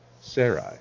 Sarai